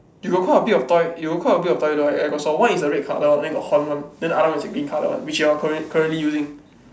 you got quite a bit of toy you got quite a bit of toy though I got saw one is the red colour then got horn [one] then the another one is green colour [one] which you are current~ currently using